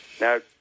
Now